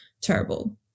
terrible